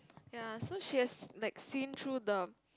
ya so she has like seen through the